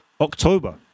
October